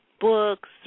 books